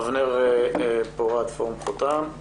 אבנר פורת, פורום חותם.